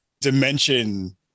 dimension